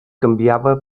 canviava